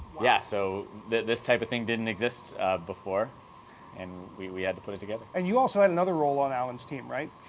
yeah, so, this type of thing didn't exist before and we we had to put it together. and you also had another role on alan's team, right?